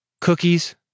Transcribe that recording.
cookies